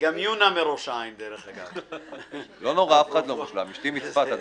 כך שכל התלונות בהן אנחנו מגלים חשד לעבירה פלילית ותכף אני